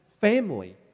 family